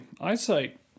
Eyesight